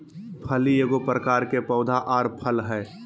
फली एगो प्रकार के पौधा आर फल हइ